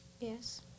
Yes